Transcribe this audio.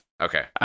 Okay